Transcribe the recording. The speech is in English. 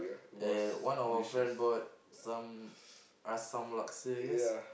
and one of our friend bought some Asam Laksa yes